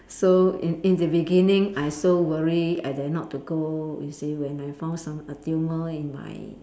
so in in the beginning I so worry I dare not to go you see when I found some a tumour in my